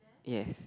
yes